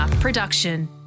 Production